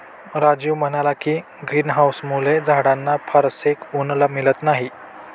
राजीव म्हणाला की, ग्रीन हाउसमुळे झाडांना फारसे ऊन मिळत नाही